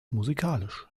musikalisch